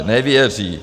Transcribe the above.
Nevěří.